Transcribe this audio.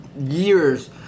years